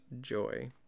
joy